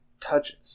touches